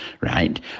right